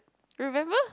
remember